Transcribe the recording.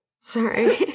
Sorry